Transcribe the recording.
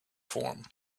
form